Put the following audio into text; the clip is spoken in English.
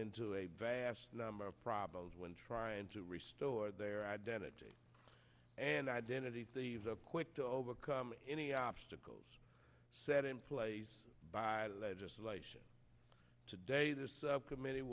into a vast number of problems when trying to restore their identity and identity quick to overcome any obstacles set in place by legislation today the committe